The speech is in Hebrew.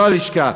לא הלשכה,